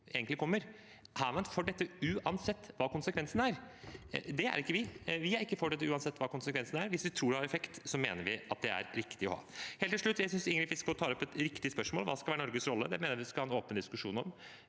som kommer. Er man for dette uansett hva konsekvensene er? Det er ikke vi. Vi er ikke for det uansett hva konsekvensene er. Hvis vi tror det har effekt, mener vi at det er riktig. Helt til slutt: Jeg synes Ingrid Fiskaa tar opp et viktig spørsmål. Hva skal være Norges rolle? Det mener jeg vi skal ha en åpen diskusjon om.